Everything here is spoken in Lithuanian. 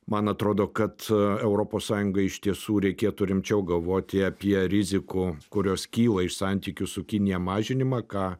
man atrodo kad europos sąjungai iš tiesų reikėtų rimčiau galvoti apie rizikų kurios kyla iš santykių su kinija mažinimą ką